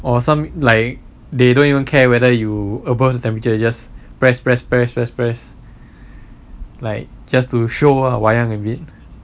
or some like they don't even care whether you above the temperature you just press press press press press like just to show wayang a bit